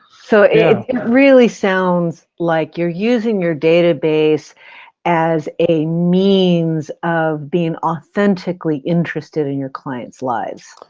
so it really sounds like you're using your database as a means of being authentically interested in your clients lives.